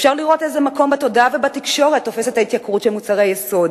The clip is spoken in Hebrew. אפשר לראות איזה מקום בתודעה ובתקשורת תופסת ההתייקרות של מוצרי יסוד.